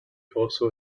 also